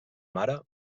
mare